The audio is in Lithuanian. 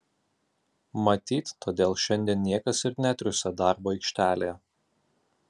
matyt todėl šiandien niekas ir netriūsia darbo aikštelėje